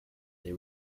they